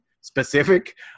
specific